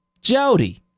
Jody